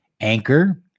Anchor